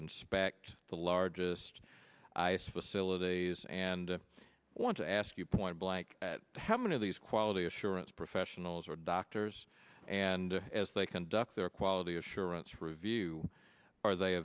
inspect the largest ice facilities and i want to ask you point blank how many of these quality assurance professionals are doctors and as they conduct their quality assurance review are they